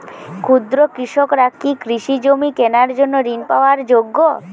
ক্ষুদ্র কৃষকরা কি কৃষিজমি কেনার জন্য ঋণ পাওয়ার যোগ্য?